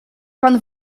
pan